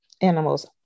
animals